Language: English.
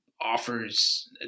offers